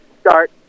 start